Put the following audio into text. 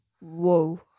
whoa